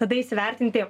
tada įsivertinti